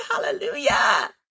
hallelujah